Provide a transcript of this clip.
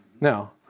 Now